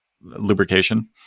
lubrication